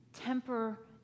temper